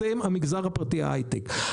אתם המגזר הפרטי ההיי-טק,